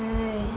!hais!